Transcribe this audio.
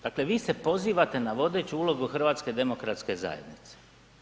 Dakle vi se pozivate na vodeću ulogu HDZ-a.